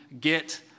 get